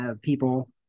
people